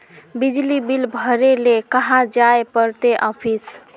बिजली बिल भरे ले कहाँ जाय पड़ते ऑफिस?